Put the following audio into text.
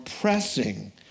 pressing